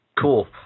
Cool